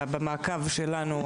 במעקב שלנו,